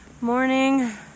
morning